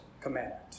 commandment